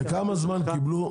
ברשותך.